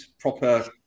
Proper